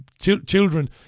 children